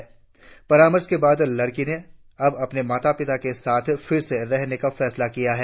उचित परामर्श के बाद लड़की ने अब अपने माता पिता के साठ फिर से रहने का फैसला किया है